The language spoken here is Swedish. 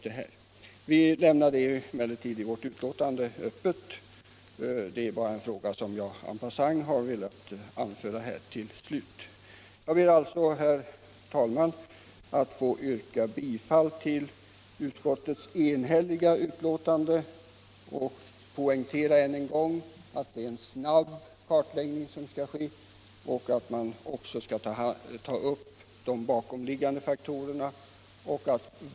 Den saken lämnar vi öppen i utskottsbetänkandet, men jag har en passant till slut velat ställa den frågan. Jag ber alltså, herr talman, att få yrka bifall till utskottets enhälliga hemställan. Jag poängterar än en gång att det är en snabb kartläggning som skall ske och att man också skall ta upp de bakomliggande orsakerna.